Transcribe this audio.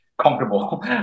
comfortable